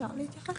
אפשר להתייחס?